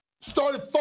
started